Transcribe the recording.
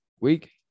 week